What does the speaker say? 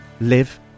live